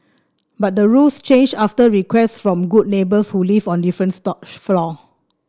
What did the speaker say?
but the rules changed after requests from good neighbours who lived on different floors